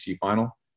final